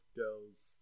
girls